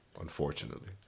unfortunately